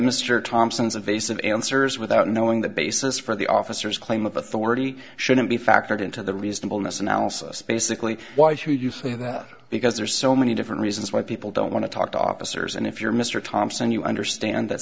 mr thompson's a vase of answers without knowing the basis for the officers claim of authority shouldn't be factored into the reasonableness analysis basically why should you say that because there are so many different reasons why people don't want to talk to officers and if you're mr thompson you understand that